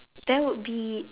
that would be